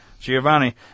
giovanni